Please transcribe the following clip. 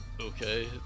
Okay